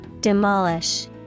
Demolish